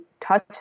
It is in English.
touch